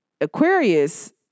Aquarius